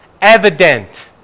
evident